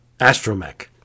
astromech